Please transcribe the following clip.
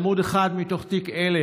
עמ' 1 מתוך תיק 1000: